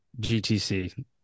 GTC